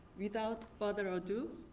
without further ado,